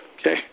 Okay